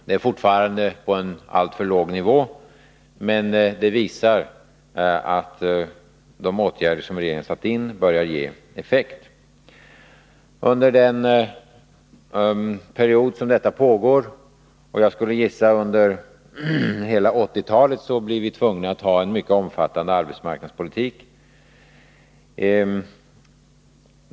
Nivån är fortfarande alltför låg, men det visar att de åtgärder som regeringen satt in börjar ge effekt. Under den period som detta pågår — jag skulle gissa under hela 1980-talet — blir vi tvungna att föra en mycket omfattande arbetsmarknadspolitik.